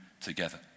together